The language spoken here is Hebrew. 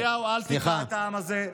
נתניהו, אל תקרע את העם הזה.